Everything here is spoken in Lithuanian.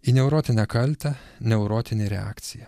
į neurotinę kaltę neurotinė reakcija